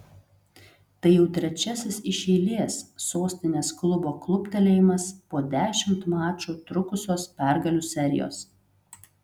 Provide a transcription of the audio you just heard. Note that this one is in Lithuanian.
tai jau trečiasis iš eilės sostinės klubo kluptelėjimas po dešimt mačų trukusios pergalių serijos